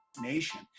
nation